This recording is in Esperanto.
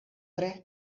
tre